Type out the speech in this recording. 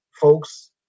folks